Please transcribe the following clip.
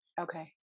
Okay